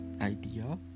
idea